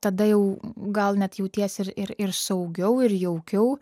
tada jau gal net jautiesi ir ir ir saugiau ir jaukiau